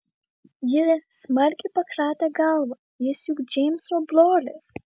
ji smarkiai pakratė galvą jis juk džeimso brolis